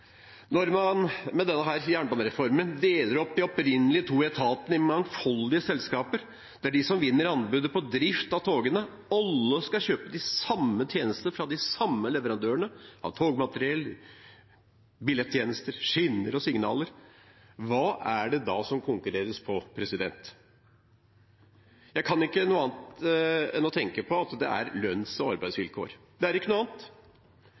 Når man med denne jernbanereformen deler opp de opprinnelig to etatene i et mangfold av selskaper, der de som vinner anbudet på drift av togene, alle skal kjøpe de samme tjenestene fra de samme leverandørene – togmateriell, billettjenester, skinner og signaler – hva er det da det konkurreres på? Jeg kan ikke se noe annet enn lønns- og arbeidsvilkår – det er ikke noe annet. Vil det ikke